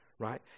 Right